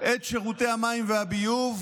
את שירותי המים והביוב,